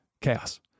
chaos